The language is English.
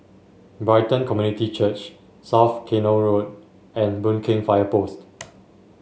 Brighton Community Church South Canal Road and Boon Keng Fire Post